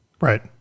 Right